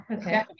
okay